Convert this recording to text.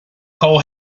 call